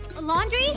laundry